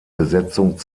besetzung